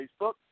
Facebook